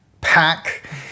pack